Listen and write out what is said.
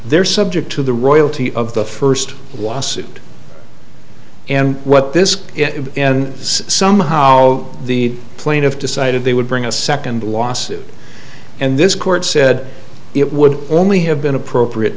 they're subject to the royalty of the first the lawsuit and what this and somehow the plaintiff decided they would bring a second lawsuit and this court said it would only have been appropriate